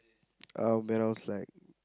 um and I was like